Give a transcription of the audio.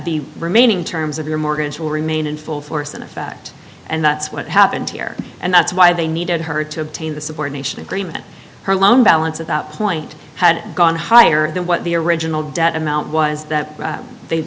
the remaining terms of your mortgage will remain in full force and effect and that's what happened here and that's why they needed her to obtain the subordination agreement her loan balance at that point had gone higher than what the original debt amount was that they